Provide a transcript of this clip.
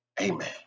Amen